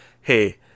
hey